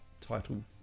title